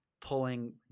pulling